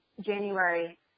January